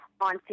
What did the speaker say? on